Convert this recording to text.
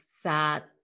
sad